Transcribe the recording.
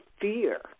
fear